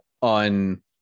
on